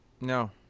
No